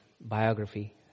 biography